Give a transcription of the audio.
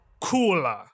cooler